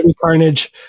carnage